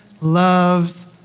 loves